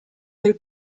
del